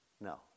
no